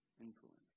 influence